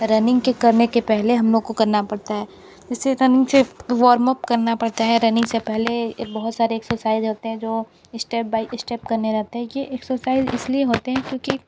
running के करने के पहले हम लोग को करना पड़ता है जैसे रनिंग से वॉर्मअप करना पड़ता है रनिंग से पहले बहुत सारे एक्सरसाइज होते हैं जो इस्टेप बाय इस्टेप करने रहते हैं ये एक्सरसाइज इसलिए होते हैं क्योंकि